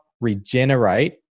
regenerate